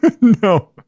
No